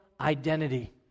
identity